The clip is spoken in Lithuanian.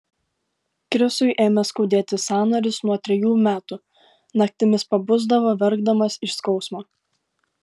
krisui ėmė skaudėti sąnarius nuo trejų metų naktimis pabusdavo verkdamas iš skausmo